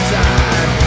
time